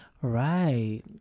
Right